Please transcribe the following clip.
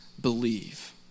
believe